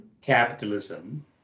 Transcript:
capitalism